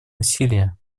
насилия